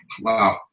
wow